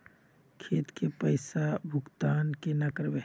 खेत के पैसा भुगतान केना करबे?